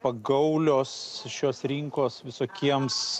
pagaulios šios rinkos visokiems